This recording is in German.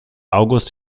august